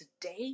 today